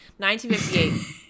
1958